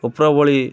ଉପରବଳି